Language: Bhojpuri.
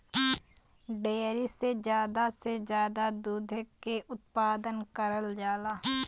डेयरी में जादा से जादा दुधे के उत्पादन करल जाला